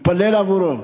התפלל עבורו,